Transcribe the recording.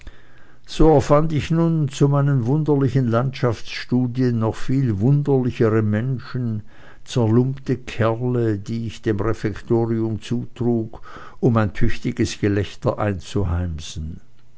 so erfand ich nun zu meinen wunderlichen landschaftsstudien noch viel wunderlichere menschen zerlumpte kerle die ich dem refektorium zutrug um ein tüchtiges gelächter einzuheimsen